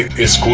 is